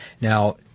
now